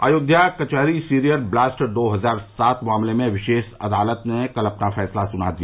अयोध्या कचहरी serial blast दो हजार सात मामले में विशेष अदालत ने कल अपना फैसला सुना दिया